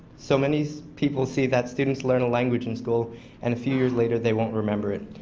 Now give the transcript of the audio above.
so many people see that students learn a language in school and a few years later they won't remember it.